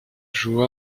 joua